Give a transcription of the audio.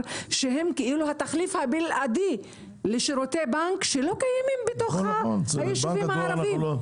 שהם התחליף הבלעדי לשירותי בנק שלא קיימים ביישובים הערביים.